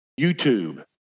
YouTube